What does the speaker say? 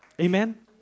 Amen